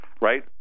right